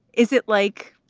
is it like?